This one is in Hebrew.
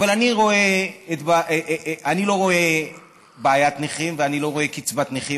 אבל אני לא רואה בעיית נכים ואני לא רואה קצבת נכים,